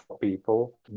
people